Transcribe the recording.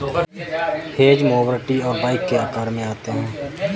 hedge mower T और Y के आकार में आते हैं